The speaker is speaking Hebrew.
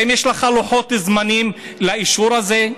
האם יש לך לוחות זמנים לאישור הזה?